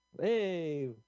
Hey